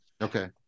Okay